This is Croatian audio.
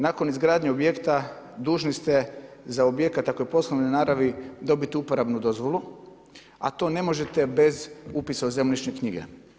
Nakon izgradnje objekta dužni ste za objekat ako je poslovne naravi dobiti uporabnu dozvolu, a to ne možete bez upisa u zemljišne knjige.